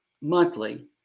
monthly